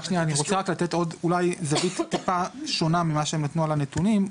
אני רוצה לתת עוד זווית טיפה שונה ממה שהם נתנו על הנתונים.